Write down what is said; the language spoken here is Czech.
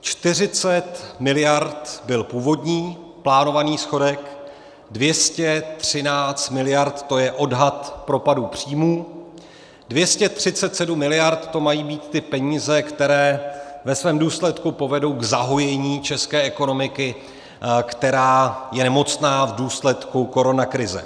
40 miliard byl původní plánovaný schodek, 213 miliard, to je odhad propadu příjmů, 237 miliard to mají být peníze, které ve svém důsledku povedou k zahojení české ekonomiky, která je nemocná v důsledku koronakrize.